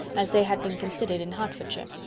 as they had been considered in hertfordshire.